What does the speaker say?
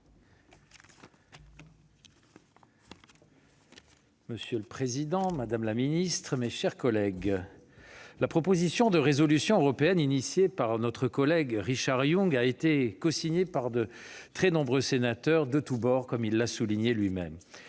Monsieur le président, madame la ministre, mes chers collègues, la proposition de résolution européenne déposée par notre collègue Richard Yung a été cosignée par de très nombreux sénateurs de tous bords, comme il l'a souligné lui-même.